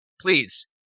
please